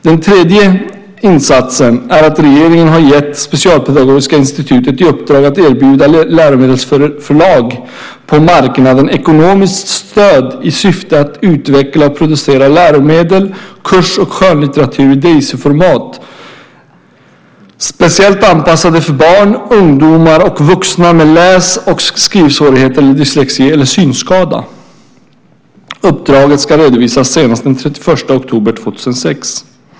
Den tredje insatsen är att regeringen har gett Specialpedagogiska institutet i uppdrag att erbjuda läromedelsförlag på marknaden ekonomiskt stöd i syfte att utveckla och producera läromedel, kurs och skönlitteratur i Daisyformat - Digital audio-based information system - speciellt anpassade för barn, ungdomar och vuxna med läs och skrivsvårigheter, dyslexi eller synskada. Uppdraget ska redovisas senast den 31 oktober 2006.